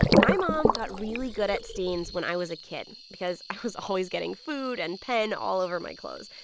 my mom got really good at stains when i was a kid because i was always getting food and pen all over my clothes.